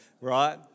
right